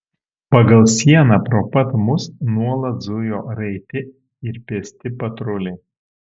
pagal sieną pro pat mus nuolat zujo raiti ir pėsti patruliai